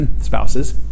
spouses